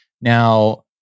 Now